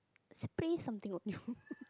spray something on your